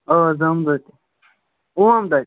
آ زامہٕ دۄد تہِ اوم دۄد